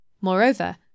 Moreover